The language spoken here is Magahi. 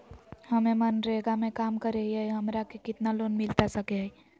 हमे मनरेगा में काम करे हियई, हमरा के कितना लोन मिलता सके हई?